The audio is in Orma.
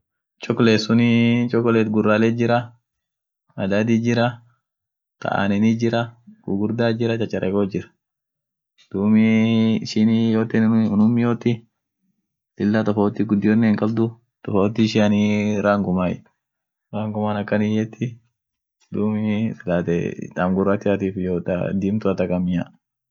Anin sila taam freshia sunin itdaabai, ta freshian sun ta ihamaatin, ta woyu hinkabdn ta woyuan itin dadarin, woyu ihugin. sun fedai ishisuunt sagale miese, ishi sun ta freshia suut sagale miese aminenii ak chole sagale midaasaai, siilaate taam freshia. suniin itdaabai ta gogetuasun ishi sun hinfedu,